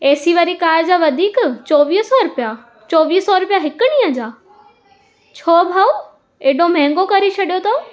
ए C वारी car जा वधीक चोवीह सौ रुपिया चोवीह सौ रुपिया हिकु ॾींहं जा छो भाऊ एॾो महांगो करे छॾियो अथव